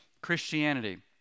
christianity